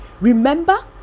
remember